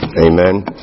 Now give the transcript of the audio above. Amen